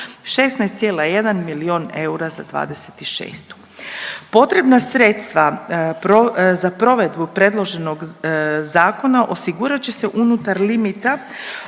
16,1 milion eura za '26. Potrebna sredstva za provedbu predloženog zakona osigurat će se unutar limita